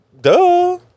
Duh